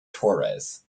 torres